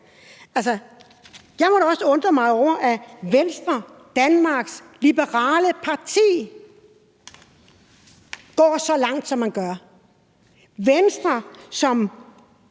Altså, jeg undrer mig da over, at Venstre, Danmarks Liberale Parti, går så langt, som man gør – Venstre, som